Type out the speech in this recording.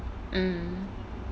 hmm